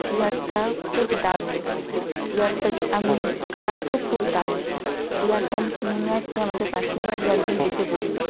চেয়ারটা খুব দারুণ চেয়ারটা আমি কালারটাও খুব দারুণ চেয়ারটা আমি কিনে নিয়ে আসছি আমাদের পাশের বাড়ির একজন দেখে বলল